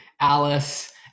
Alice